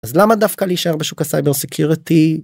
אז למה דווקא להישאר בשוק ה-cyber security?